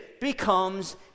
becomes